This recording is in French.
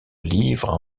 livres